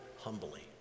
humbly